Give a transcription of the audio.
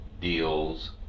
deals